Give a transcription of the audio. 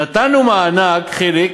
נתנו מענק, חיליק,